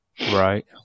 right